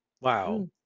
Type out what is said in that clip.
Wow